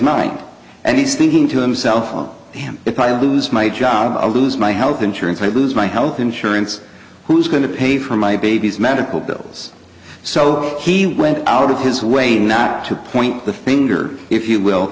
mind and he's thinking to himself if i lose my job i'll lose my health insurance i lose my health insurance who's going to pay for my baby's medical bills so he went out of his way not to point the finger if you will